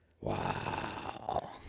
Wow